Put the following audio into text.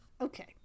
Okay